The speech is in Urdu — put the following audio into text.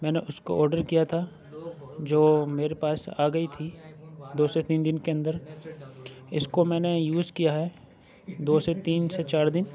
میں نے اُس کو آڈر کیا تھا جو میرے پاس آ گئی تھی دو سے تین دِن کے اندر اِس کو میں نے یوز کیا ہے دو سے تین سے چار دِن